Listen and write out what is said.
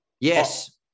Yes